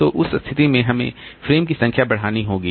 तो उस स्थिति में हमें फ्रेम की संख्या बढ़ानी होगी